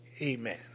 Amen